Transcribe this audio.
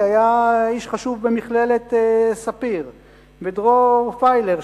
שהיה איש חשוב במכללת "ספיר"; ודרור פיילר,